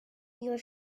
your